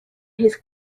his